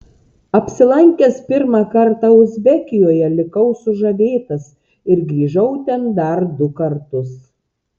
apsilankęs pirmą kartą uzbekijoje likau sužavėtas ir grįžau ten dar du kartus